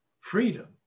freedom